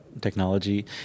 technology